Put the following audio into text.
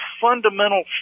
fundamental